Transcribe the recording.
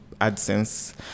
AdSense